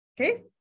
okay